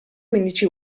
quindici